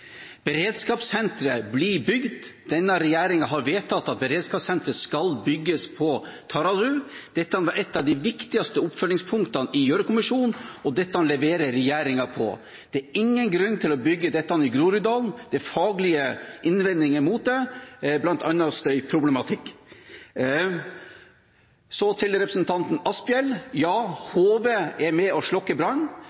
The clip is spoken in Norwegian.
Beredskapssenteret blir bygd. Denne regjeringen har vedtatt at beredskapssenteret skal bygges på Taraldrud. Dette var et av de viktigste oppfølgingspunktene i Gjørv-kommisjonen, og dette leverer regjeringen på. Det er ingen grunn til å bygge dette i Groruddalen. Det er faglige innvendinger mot det, bl.a. støyproblematikk. Til representanten Asphjell: Ja,